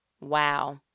wow